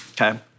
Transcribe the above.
Okay